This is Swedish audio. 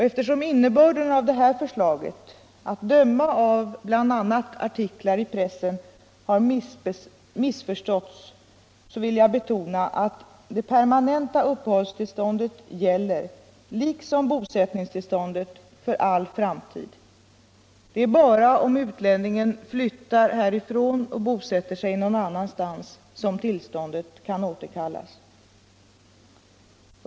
Eftersom innebörden av detta förslag, att döma av bl.a. artiklar i pressen, har missförståtts vill jag betona att det permanenta uppehållstillståndet gäller, liksom bosättningstillståndet, för all framtid. Endast om utlänningen flyttar härifrån kan tillståndet återkallas.